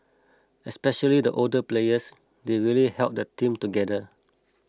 especially the older players they really held the team together